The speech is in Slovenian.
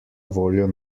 voljo